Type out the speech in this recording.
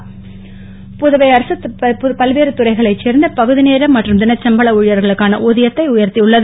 புதுவைக் கூலி புதுவை அரசு பல்வேறு துறைகளைச் சேர்ந்த பகுதிநேர மற்றும் தினச்சம்பள ஊழியர்களுக்கான ஊதியத்தை உயர்த்தி உள்ளது